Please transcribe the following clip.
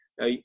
Now